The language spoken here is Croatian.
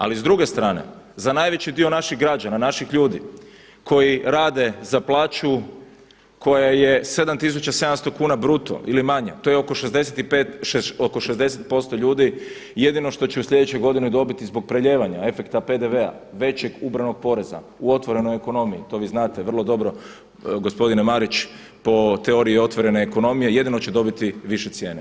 Ali s druge strane, za najveći dio naših građana, naših ljudi koji rade za plaću koja je 7.700 kuna bruto ili manja, to je oko 60 posto ljudi, jedino što će u sljedećoj godini dobiti zbog prelijevanja efekta PDV-a, većeg ubranog poreza u otvorenoj ekonomiji, to vi znate vrlo dobro, gospodine Marić, po teoriji otvorene ekonomije jedino će dobiti više cijene.